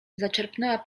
zaczerpnęła